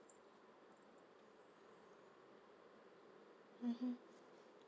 mmhmm